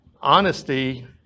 honesty